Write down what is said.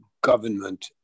government